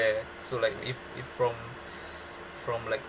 ~ere so like it it from from like